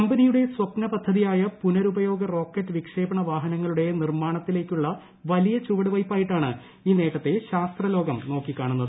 കമ്പനിയുടെ സ്പ്നപദ്ധതിയായ പുനരുപയോഗ റോക്കറ്റ് വിക്ഷേപണ വാഹനങ്ങളുടെ നിർമ്മാണത്തിലേക്കുള്ള വലിയ ചുവടുവയ്പായിട്ടാണ് ഈ നേട്ടത്തെ ശാസ്ത്രലോകം നോക്കിക്കാണുന്നത്